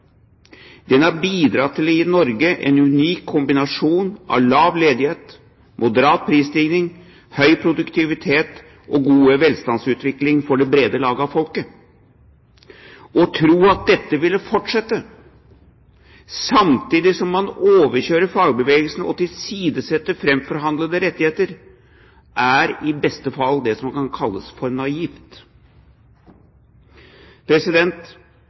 Den har bidratt til å gi Norge en unik kombinasjon av lav ledighet, moderat prisstigning, høy produktivitet og god velstandsutvikling for det brede lag av folket. Å tro at dette vil fortsette, samtidig som man overkjører fagbevegelsen og tilsidesetter framforhandlede rettigheter, kan i beste fall kalles naivt. Det vi i dag gjør, er å innfri statens forpliktelser i trepartsavtalen for